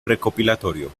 recopilatorio